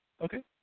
Okay